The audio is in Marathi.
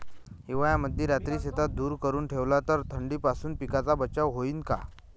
हिवाळ्यामंदी रात्री शेतात धुर करून ठेवला तर थंडीपासून पिकाचा बचाव होईन का?